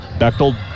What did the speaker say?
Bechtel